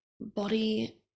body